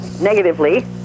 negatively